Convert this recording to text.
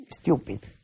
stupid